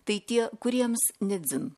tai tie kuriems ne dzin